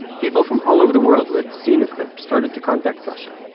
people from all over the world who had seen the clip started to contact sasha.